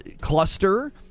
cluster